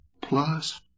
plus